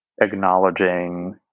acknowledging